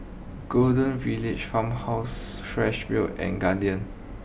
Golden Village Farmhouse Fresh Milk and Guardian